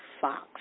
Fox